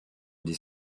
des